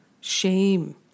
shame